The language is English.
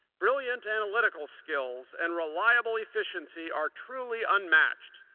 brilliant analytical skills and reliable efficiency are truly unmatched.